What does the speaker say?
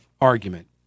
argument